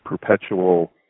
perpetual